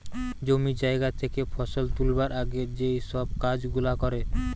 জমি জায়গা থেকে ফসল তুলবার আগে যেই সব কাজ গুলা করে